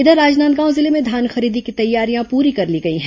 इधर राजनांदगांव जिले में धान खरीदी की तैयारियां पूरी कर ली गई हैं